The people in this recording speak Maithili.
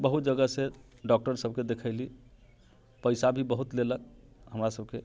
बहुत जगह से डॉक्टर सभके देखेलीह पैसा भी बहुत लेलक हमरा सभके